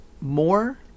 more